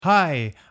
Hi